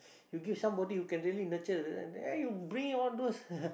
you give somebody who can really nurture then you bring all those